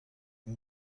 این